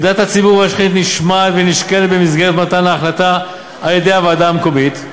עמדת הציבור נשמעת ונשקלת במסגרת מתן ההחלטה על-ידי הוועדה המקומית.